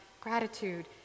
gratitude